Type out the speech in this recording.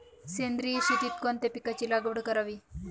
सेंद्रिय शेतीत कोणत्या पिकाची लागवड करावी?